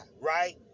right